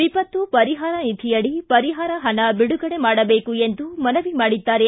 ವಿಪತ್ತು ಪರಿಹಾರ ನಿಧಿಯಡಿ ಪರಿಹಾರ ಹಣ ಬಿಡುಗಡೆ ಮಾಡಬೇಕು ಎಂದು ಮನವಿ ಮಾಡಿದ್ದಾರೆ